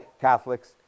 Catholics